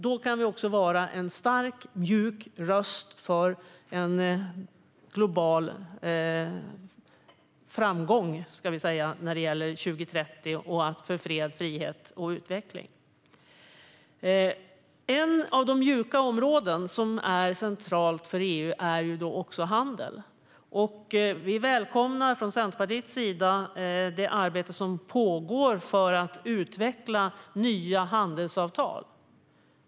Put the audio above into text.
Då kan vi vara en stark mjuk röst för en global framgång när det gäller 2030 och för fred, frihet och utveckling. Ett av de mjuka områden som är centrala för EU är handel. Centerpartiet välkomnar det arbete som pågår för att utveckla nya handelsavtal.